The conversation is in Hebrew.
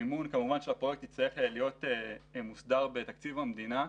כמובן שהפרויקט יצטרך להיות מוסדר בתקציב המדינה.